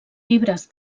llibres